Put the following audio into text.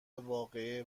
واقعه